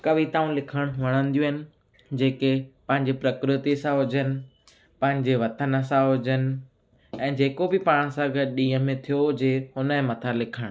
कविताऊं लिखणु वणंदियूं आहिनि जेके पंहिंजे प्रकृतिअ सां हुजनि पंहिंजे वतन सां हुजनि ऐं जेको बि पाण सां गॾु ॾींहं में थियो हुजे उन जे मथां लिखणु